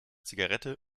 zigarette